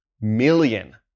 million